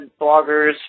bloggers